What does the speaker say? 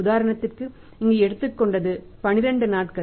உதாரணத்திற்கு இங்கு எடுத்துக் கொண்டது 12 நாட்கள்